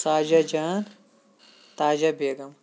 Saja Jan Taja Begum